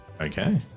Okay